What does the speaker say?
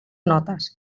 notes